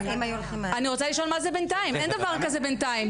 אין דבר כזה בינתיים,